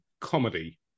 comedy